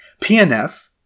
PNF